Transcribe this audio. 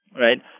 Right